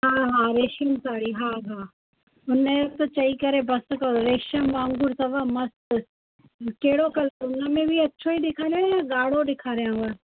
हा हा रेशम साड़ी हा हा हुन न त चई करे बसि करो रेशम वांगुरु अथव मस्तु कहिड़ो कलर हुन में बि अछो ई ॾेखारियां या ॻाढ़ो ॾेखारियांव